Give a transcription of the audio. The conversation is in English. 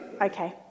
Okay